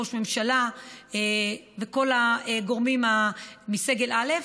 ראש הממשלה וכל הגורמים מסגל א'.